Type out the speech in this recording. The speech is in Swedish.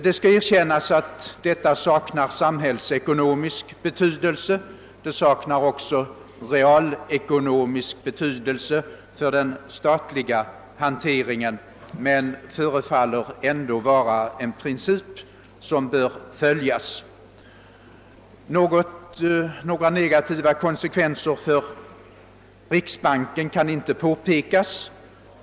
Det skall erkännas att detta saknar, samhällsekonomisk betydelse och även saknar betydelse för den statliga han teringen, men det förefaller ändå vara en princip som bör följas. Några negativa konsekvenser för riksbanken kan inte påvisas.